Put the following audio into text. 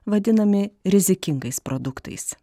vadinami rizikingais produktais